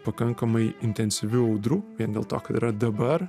pakankamai intensyvių audrų vien dėl to kad yra dabar